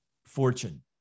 Fortune